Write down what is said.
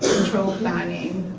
control ah planning.